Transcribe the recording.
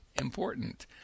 important